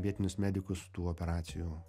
vietinius medikus tų operacijų